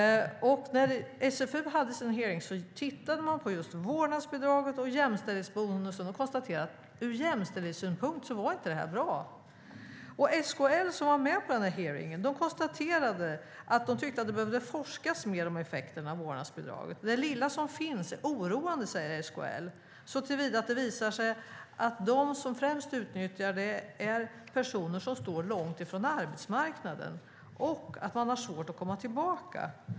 När SfU hade sin hearing tittade man på just vårdnadsbidraget och jämställdhetsbonusen och konstaterade att det ur jämställdhetssynpunkt inte var bra. SKL, som var med på hearingen, konstaterade att det behöver forskas mer om effekterna av vårdnadsbidraget. Det lilla som finns är oroande, säger SKL, såtillvida att det visar sig att de som främst utnyttjar det är personer som står långt ifrån arbetsmarknaden och har svårt att komma tillbaka.